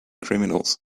criminals